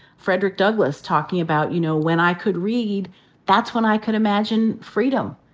frederick douglass talking about, you know, when i could read that's when i could imagine freedom.